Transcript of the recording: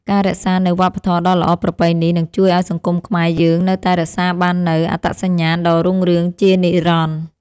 ការរក្សានូវវប្បធម៌ដ៏ល្អប្រពៃនេះនឹងជួយឱ្យសង្គមខ្មែរយើងនៅតែរក្សាបាននូវអត្តសញ្ញាណដ៏រុងរឿងជានិរន្តរ៍។